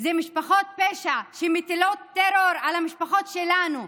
אלה משפחות פשע שמטילות טרור על המשפחות שלנו.